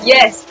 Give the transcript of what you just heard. Yes